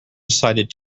decided